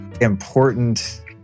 important